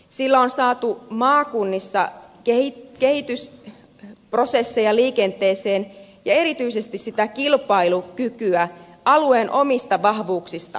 sillä on saatu maakunnissa kehitysprosesseja liikenteeseen ja erityisesti sitä kilpailukykyä alueen omista vahvuuksista parannettua